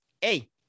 Hey